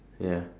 ya